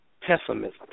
pessimism